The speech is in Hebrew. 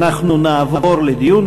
אנחנו נעבור לדיון.